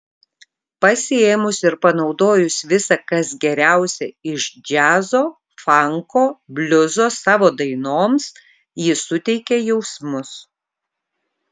pasiėmus ir panaudojus visa kas geriausia iš džiazo fanko bliuzo savo dainoms ji suteikia jausmus